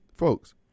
Folks